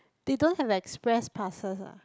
they don't have like express passes ah